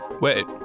wait